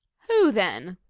who then?